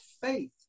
faith